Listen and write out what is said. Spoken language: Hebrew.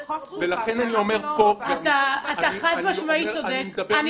אתה חד משמעית צודק.